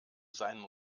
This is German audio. seinen